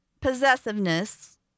possessiveness